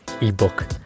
ebook